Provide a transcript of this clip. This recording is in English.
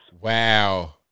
Wow